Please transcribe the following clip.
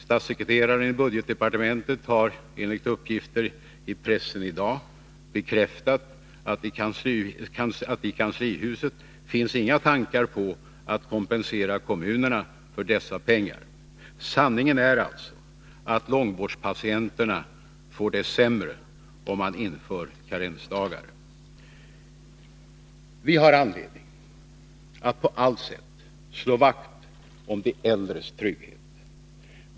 Statssekreteraren i budgetdepartementet har enligt uppgifter i pressen i dag bekräftat att i kanslihuset finns inga tankar på att kompensera kommunerna Nr 125 för dessa pengar. Sanningen är alltså att långvårdspatienterna får det sämre Onsdagen den om man inför karensdagar. 21 april 1982 Vi har anledning att på allt sätt slå vakt om de äldres trygghet.